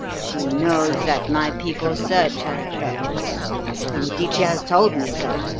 she knows that my people search her effects indeed, she has told me so.